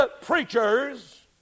preachers